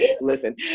Listen